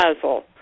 puzzle